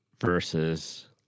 versus